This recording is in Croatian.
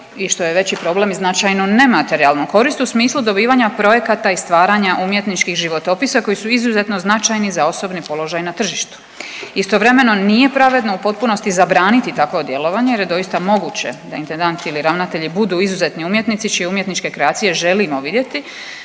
i što je veći problem i značajnu nematerijalnu korist u smislu dobivanja projekata i stvaranja umjetničkih životopisa koji su izuzetno značajni za osobni položaj na tržištu. Istovremeno nije pravedno u potpunosti zabraniti takvo djelovanje jer je doista moguće da intendant ili ravnatelji budu izuzetni umjetnici čije umjetničke kreacije želimo vidjeti,